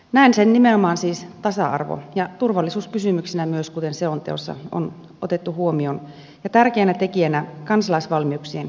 näen sen nimenomaan siis tasa arvo ja turvallisuuskysymyksenä myös kuten selonteossa on otettu huomioon ja tärkeänä tekijänä kansalaisvalmiuksien kehittämisessä